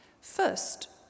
First